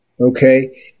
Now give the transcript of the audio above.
okay